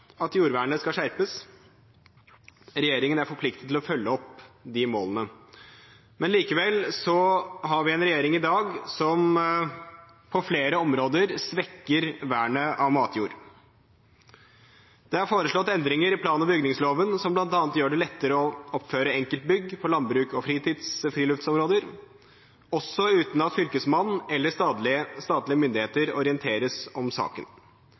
at jordvernet skal skjerpes. Regjeringen er forpliktet til å følge opp de målene. Likevel har vi en regjering i dag som på flere områder svekker vernet av matjord. Det er foreslått endringer i plan- og bygningsloven som bl.a. gjør det lettere å oppføre enkeltbygg på landbruks- og friluftsområder, også uten at Fylkesmannen eller statlige myndigheter orienteres om saken.